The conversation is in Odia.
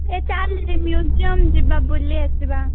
ଏ ଚାଲେରେ ମ୍ୟୁଜିୟମ୍ ଯିବା ବୁଲି ଆସିବା